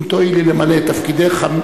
אם תואילי למלא את תפקידך.